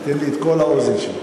ייתן לי את כל האוזן שלו,